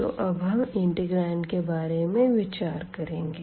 तो अब हम इंटिग्रांड के बारे में विचार करेंगे